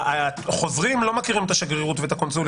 החוזרים לא מכירים את השגרירות והקונסוליה